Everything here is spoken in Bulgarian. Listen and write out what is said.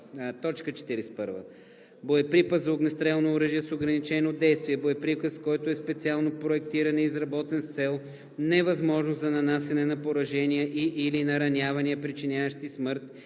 джаула. 41. „Боеприпас за огнестрелно оръжие с ограничено действие“ е боеприпас, който е специално проектиран и изработен с цел невъзможност за нанасяне на поражения и/или наранявания, причиняващи смърт,